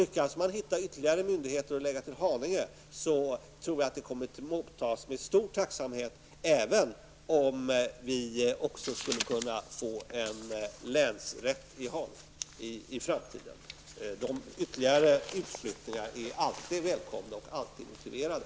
Lyckas man hitta ytterligare myndigheter att förlägga till Haninge, tror jag att det kommer att mottas med stor tacksamhet, även om vi också skulle kunna få en länsrätt i Haninge i framtiden. Ytterligare utflyttningar är alltid välkomna och alltid motiverade.